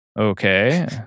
okay